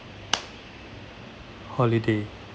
holiday